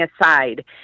aside